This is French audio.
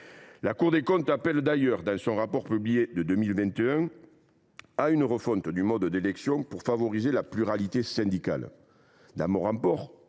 La Cour des comptes a d’ailleurs appelé, dans son rapport public de 2021, à une refonte du mode d’élection pour favoriser la pluralité syndicale. Dans un rapport